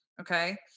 okay